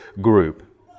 group